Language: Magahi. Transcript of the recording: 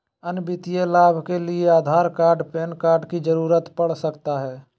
अन्य वित्तीय लाभ के लिए आधार कार्ड पैन कार्ड की जरूरत पड़ सकता है?